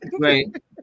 Right